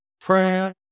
Prayer